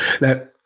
Now